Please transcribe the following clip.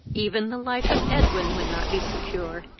even the life of edwin would not be secure,